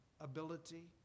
ability